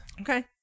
Okay